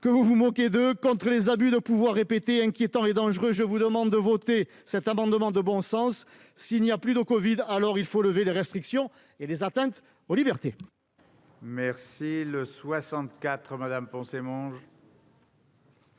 que vous vous moquez d'eux. Contre les abus de pouvoir répétés, inquiétants et dangereux, je vous demande de voter cet amendement de bon sens. S'il n'y a plus de virus, il faut lever les restrictions et supprimer les atteintes aux libertés. L'amendement n°